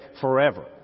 forever